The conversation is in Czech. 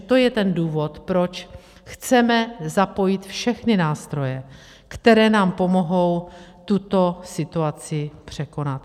To je důvod, proč chceme zapojit všechny nástroje, které nám pomohou tuto situaci překonat.